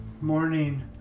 Morning